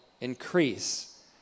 increase